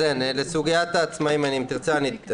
אם תרצה, אני אתייחס לסוגיית העצמאים בנפרד.